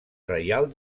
reial